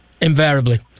invariably